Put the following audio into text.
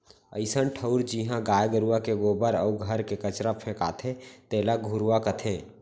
अइसन ठउर जिहॉं गाय गरूवा के गोबर अउ घर के कचरा फेंकाथे तेला घुरूवा कथें